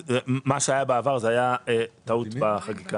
מה שהיה בעבר היה טעות בחקיקה.